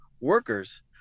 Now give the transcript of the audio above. workers